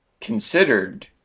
considered